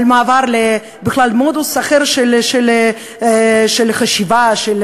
על מעבר למודוס אחר של חשיבה בכלל,